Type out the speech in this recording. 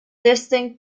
distinct